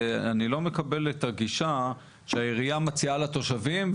אני לא מקבל את הגישה שהעירייה מציעה לתושבים,